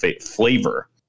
flavor